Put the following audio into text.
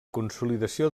consolidació